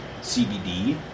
CBD